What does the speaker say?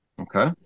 Okay